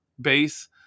base